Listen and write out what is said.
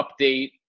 update